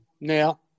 now